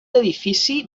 edifici